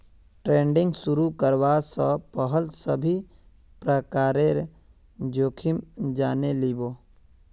trading शुरू करवा स पहल सभी प्रकारेर जोखिम जाने लिबो